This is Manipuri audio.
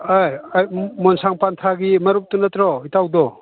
ꯑꯥꯏ ꯃꯣꯟꯁꯥꯡ ꯄꯟꯊꯥꯒꯤ ꯃꯔꯨꯞꯇꯨ ꯅꯠꯇ꯭ꯔꯣ ꯏꯇꯥꯎꯗꯣ